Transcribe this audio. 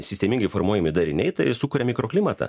sistemingai formuojami dariniai tai sukuria mikroklimatą